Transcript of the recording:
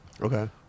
okay